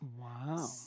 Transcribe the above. Wow